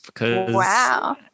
Wow